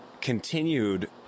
continued